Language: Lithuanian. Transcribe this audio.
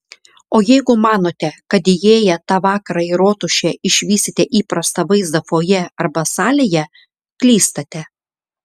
o jeigu manote kad įėję tą vakarą į rotušę išvysite įprastą vaizdą fojė arba salėje klystate